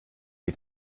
die